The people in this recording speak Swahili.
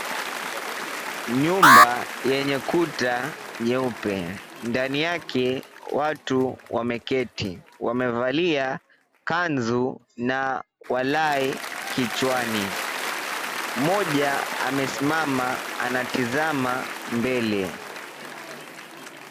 Nyumba yenye kuta nyeupe. Ndani yake wake wameketi wamevalia kanzu na walai kichwani. Mmoja amesimama ametizama mbele.